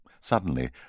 Suddenly